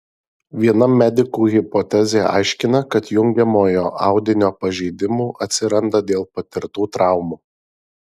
viena medikų hipotezė aiškina kad jungiamojo audinio pažeidimų atsiranda dėl patirtų traumų